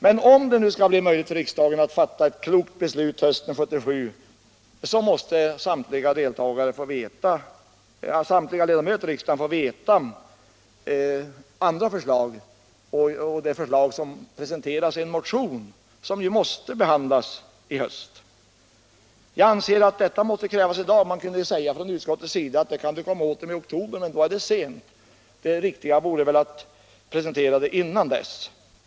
Men om det skall bli möjligt för riksdagen att fatta ett klokt beslut hösten 1977 måste samtliga ledamöter i riksdagen få ta del av andra förslag, t.ex. det förslag som presenteras i en motion vilken måste behandlas i höst. Jag anser att detta måste krävas i dag - man kan från utskottet säga att ”det kan du komma tillbaka med i oktober”, men då är det för sent. Det riktiga vore att presentera förslagen dessförinnan.